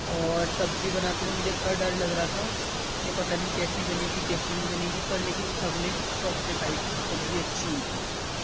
اور سبزی بناتے ہوئے مجھے اِتنا ڈر لگ رہا تھا کہ پتا نہیں کیسی بنے گی کیسی نہیں بنے گی پر لیکن سب نے شوق سے کھائی تھی سبزی اچھی ہوئی تھی